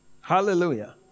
Hallelujah